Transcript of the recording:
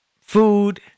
food